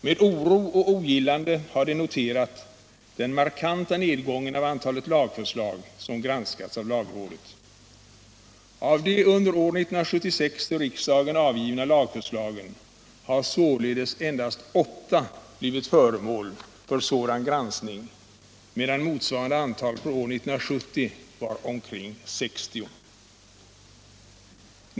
Med oro och ogillande har de noterat den markanta nedgången av antalet lagförslag som granskats av lagrådet. Av de under 1976 till riksdagen avgivna lagförslagen har således endast åtta blivit föremål för sådan granskning, medan motsvarande antal för år 1970 var omkring 60.